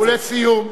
ולסיום.